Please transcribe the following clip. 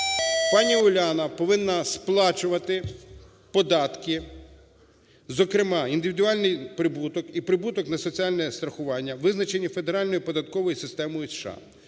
Пані Уляна повинна сплачувати податки, зокрема, індивідуальний прибуток і прибуток на соціальне страхування, визначені Федеральною податковою системою США.